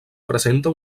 presenta